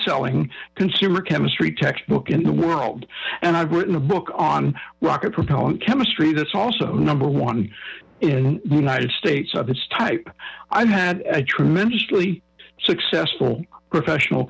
selling consumer chemistry textbook in the world and i've written a book on rocket propellant chemistry that's also number one in the united states of its type i've had a tremendously successful professional